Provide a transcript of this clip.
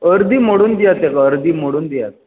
अर्दी मोडून दियात ताका अर्दी मोडून दिया